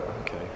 okay